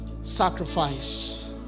Sacrifice